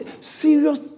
serious